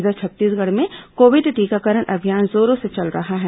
इधर छत्तीसगढ़ में कोविड टीकाकरण अभियान जोरों से चल रहा है